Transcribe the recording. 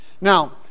Now